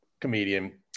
comedian